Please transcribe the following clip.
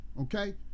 okay